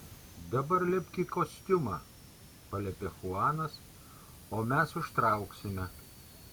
dabar lipk į kostiumą paliepė chuanas o mes užtrauksime